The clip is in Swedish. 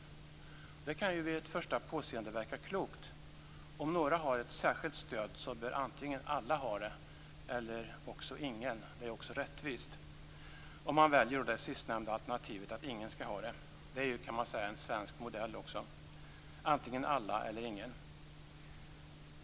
Det kan ju vid första påseende verka klokt. Om några har ett särskilt stöd bör antingen alla ha det eller ingen. Det är också rättvist. Man väljer då det sistnämnda alternativet, alltså att ingen skall ha det. Det är, kan man säga, en svensk modell; antingen alla eller ingen.